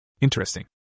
Interesting